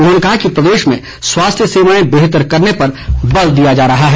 उन्होंने कहा कि प्रदेश में स्वास्थ्य सेवाएं बेहतर करने पर बल दिया जा रहा है